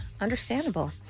Understandable